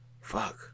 Fuck